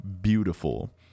beautiful